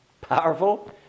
Powerful